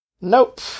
nope